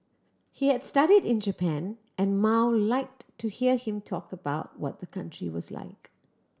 he had studied in Japan and Mao liked to hear him talk about what the country was like